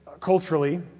culturally